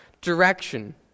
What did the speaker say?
direction